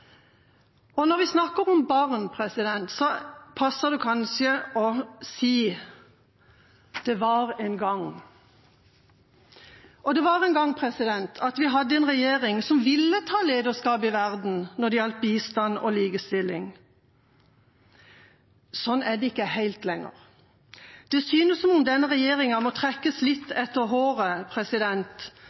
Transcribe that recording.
Når vi snakker om barn, passer det kanskje å si «det var en gang», og det var en gang vi hadde en regjering som ville ta lederskap i verden når det gjaldt bistand og likestilling. Sånn er det ikke helt lenger. Det synes som om denne regjeringa må trekkes litt etter håret.